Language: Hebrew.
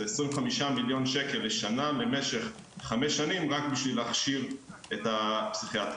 זה 25 מיליון שקל לשנה למשך חמש שנים רק בשביל להכשיר את הפסיכיאטרים.